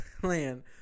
plan